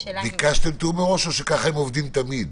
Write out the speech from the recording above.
ביקשתם תיאום מראש, או שככה הם עובדים תמיד?